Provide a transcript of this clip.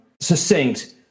succinct